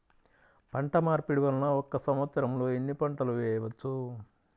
పంటమార్పిడి వలన ఒక్క సంవత్సరంలో ఎన్ని పంటలు వేయవచ్చు?